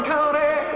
County